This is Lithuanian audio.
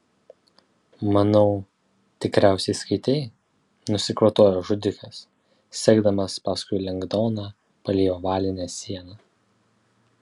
manau tikriausiai skaitei nusikvatojo žudikas sekdamas paskui lengdoną palei ovalinę sieną